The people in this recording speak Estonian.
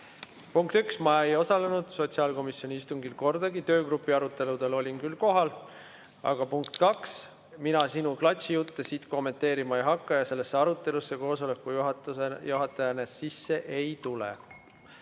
Punkt üks, ma ei osalenud sotsiaalkomisjoni istungil kordagi, töögrupi aruteludel olin küll kohal. Aga punkt kaks: mina sinu klatšijutte siit kommenteerima ei hakka ja sellesse arutelusse koosoleku juhatajana sisse ei tule.